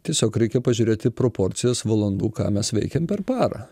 tiesiog reikia pažiūrėti proporcijas valandų ką mes veikiam per parą